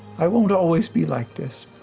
i won't always be like this,